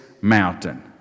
mountain